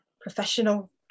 professional